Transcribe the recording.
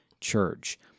Church